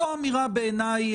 זו בעיניי